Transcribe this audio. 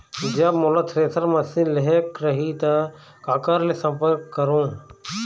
जब मोला thresher machine लेहेक रही ता काकर ले संपर्क करों?